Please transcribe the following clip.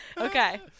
Okay